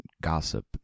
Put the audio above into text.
gossip